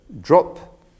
drop